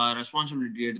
responsibility